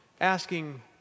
asking